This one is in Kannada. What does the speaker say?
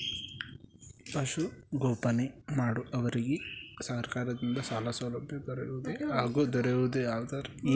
ಪಶುಸಂಗೋಪನೆ ಮಾಡುವವರಿಗೆ ಸರ್ಕಾರದಿಂದ ಸಾಲಸೌಲಭ್ಯ ದೊರೆಯುವುದೇ ಹಾಗೂ ದೊರೆಯುವುದಾದರೆ ಇದನ್ನು ಪಡೆದುಕೊಳ್ಳುವುದು ಹೇಗೆ?